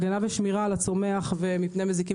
הגנה ושמירה על הצומח מפני מחלות ומזיקים,